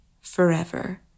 forever